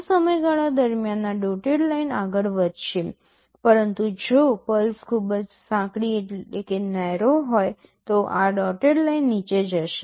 વધુ સમયગાળા દરમિયાન આ ડોટેડ લાઇન આગળ વધશે પરંતુ જો પલ્સ ખૂબ જ સાંકડી હોય તો આ ડોટેડ લાઇન નીચે જશે